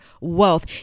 wealth